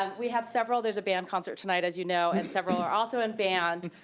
um we have several, there's a band concert tonight, as you know, and several are also in band.